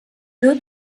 dut